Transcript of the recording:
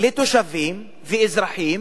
לתושבים ואזרחים